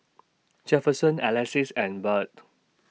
Jefferson Alexis and Byrd